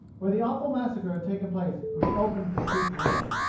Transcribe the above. where the awful massacre had taken place which opened the creek war.